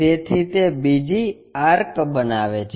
તેથી તે બીજી આર્ક બનાવે છે